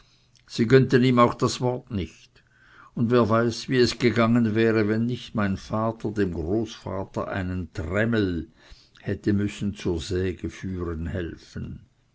sie gönnten ihm auch das wort nicht und wer weiß wie es gegangen wäre wenn nicht mein vater dem großvater einen trämel hätte müssen zur sage führen helfen